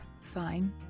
Fine